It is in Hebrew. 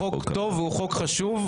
הוא חוק טוב והוא חוק חשוב.